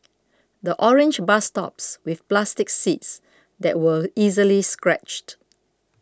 the orange bus stops with plastic seats that were easily scratched